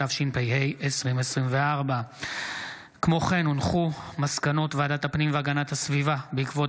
התשפ"ה 2024. מסקנות ועדת הפנים והגנת הסביבה בעקבות